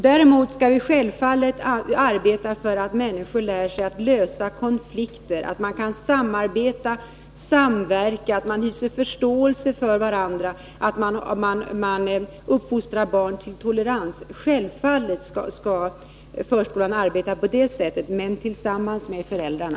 Däremot skall vi självfallet arbeta för att människor lär sig att lösa konflikter, kan samarbeta och samverka samt ha förmåga att hysa förståelse för varandra. Det gäller att lära barn tolerans. Självfallet skall förskolan arbeta på det sättet, men tillsammans med föräldrarna.